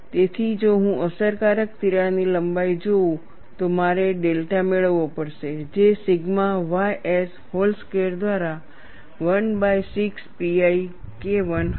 તેથી જો હું અસરકારક તિરાડની લંબાઈ જોઉં તો મારે ડેલ્ટા મેળવવો પડશે જે સિગ્મા ys હોલ સ્ક્વેર દ્વારા 16 pi KI હશે